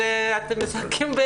אתם משחקים,